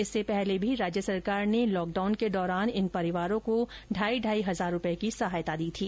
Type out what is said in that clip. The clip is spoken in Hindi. इससे पहले भी राज्य सरकार ने लॉक डाउन के दौरान इन परिवारों को ढाई हजार रूपए की सहायता दी थी